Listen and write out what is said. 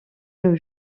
nos